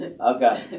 Okay